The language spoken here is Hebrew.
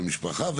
במשפחה,